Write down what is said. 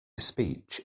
speech